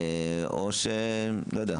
או ש לא יודע.